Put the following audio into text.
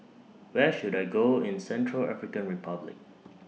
Where should I Go in Central African Republic